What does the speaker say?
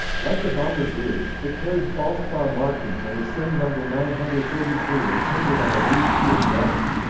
like the bomber groups, it carried false far markings and the same number nine hundred and thirty three as painted on at least two of the others.